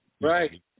Right